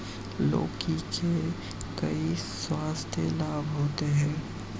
लौकी के कई स्वास्थ्य लाभ होते हैं